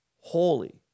holy